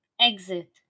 exit